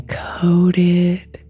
coated